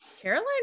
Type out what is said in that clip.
Caroline